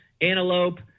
antelope